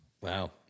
Wow